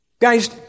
Guys